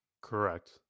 Correct